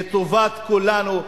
לטובת כולנו,